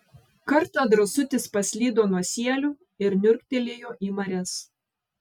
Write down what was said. kartą drąsutis paslydo nuo sielių ir niurktelėjo į marias